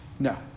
No